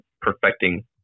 perfecting